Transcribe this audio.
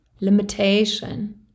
limitation